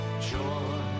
joy